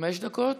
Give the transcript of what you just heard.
חמש דקות?